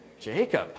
Jacob